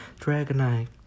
Dragonite